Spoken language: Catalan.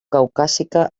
caucàsica